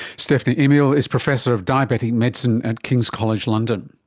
stephanie amiel is professor of diabetic medicine at king's college london.